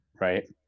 right